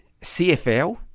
CFL